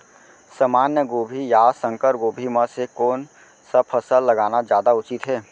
सामान्य गोभी या संकर गोभी म से कोन स फसल लगाना जादा उचित हे?